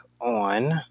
on